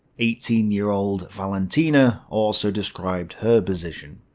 eighteen year old valentina also described her position.